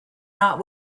not